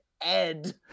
Ed